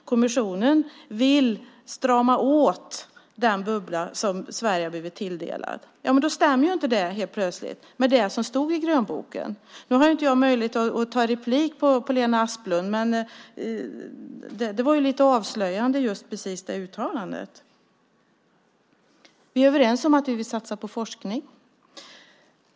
Kommissionen vill strama åt den bubbla som Sverige har blivit tilldelad. Men då stämmer det helt plötsligt inte med det som stod i grönboken! Jag har inte möjlighet att begära replik på Lena Asplunds anförande, men just det uttalandet var ganska avslöjande. Vi är överens om att vi vill satsa på forskning.